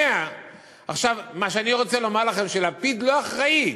100. עכשיו, אני רוצה לומר לכם שלפיד לא אחראי,